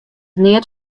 neat